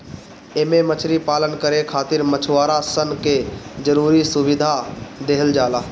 एमे मछरी पालन करे खातिर मछुआरा सन के जरुरी सुविधा देहल जाला